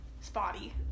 spotty